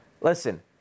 Listen